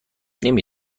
نمی